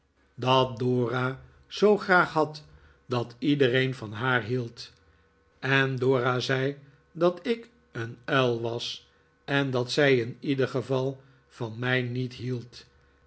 zoo graag had dat iedereen van haar hield en dora zei dat ik een uil was en dat zij in ieder geval van mij niet hield